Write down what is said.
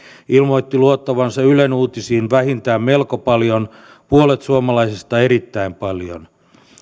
ilmoitti luottavansa ylen uutisiin vähintään melko paljon puolet suomalaisista erittäin paljon